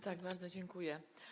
Tak, bardzo dziękuję.